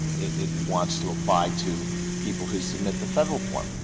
it wants to apply to people who submit the federal form.